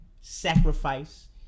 sacrifice